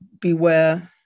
beware